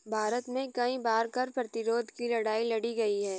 भारत में कई बार कर प्रतिरोध की लड़ाई लड़ी गई है